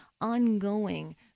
ongoing